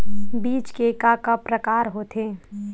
बीज के का का प्रकार होथे?